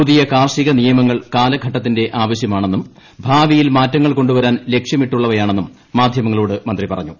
പുതിയ കാർഷിക നിയമങ്ങൾ കാലഘട്ടത്തിന്റെ ആവശ്യമാണെന്നും ഭാവിയിൽ മാറ്റങ്ങൾ കൊണ്ടു വരാൻ ലക്ഷ്യമിട്ടുള്ളവയാണെന്നും മാധ്യമങ്ങളോട് മന്ത്രി പറഞ്ഞു